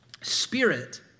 Spirit